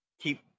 keep